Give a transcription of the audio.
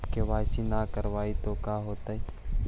KYC न करवाई तो का हाओतै?